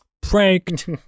pranked